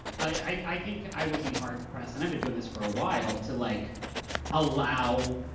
i think i would be hard pressed, and i've been doing this for a while, to like allow